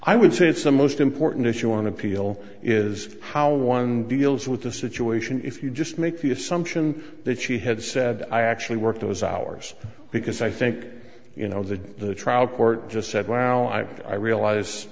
i would say it's the most important issue on appeal is how one deals with the situation if you just make the assumption that she had said i actually worked those hours because i think you know the trial court just said well i i realize